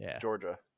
Georgia